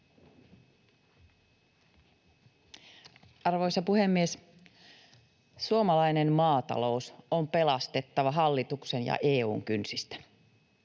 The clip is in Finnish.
Arvoisa puhemies! Suomalainen maatalous on pelastettava hallituksen ja EU:n kynsistä.